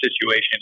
situation